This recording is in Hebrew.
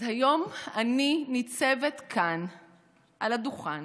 אז היום אני ניצבת כאן על הדוכן